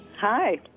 Hi